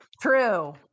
true